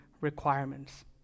requirements